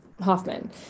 Hoffman